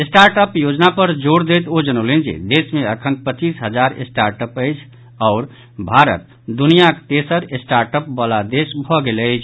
startup योजना पर जोर दैत ओ जनौलनि जे देश मे अखन पच्चीस हजार स्टार्टअप अछि आओर भारत दुनियाक तेसर स्टार्टअप वाला देश भऽ गेल अछि